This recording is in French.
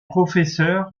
professeur